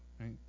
right